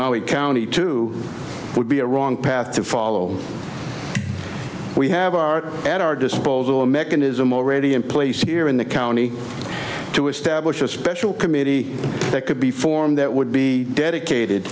it county too would be a wrong path to follow we have our at our disposal a mechanism already in place here in the county to establish a special committee that could be formed that would be dedicated